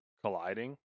colliding